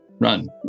run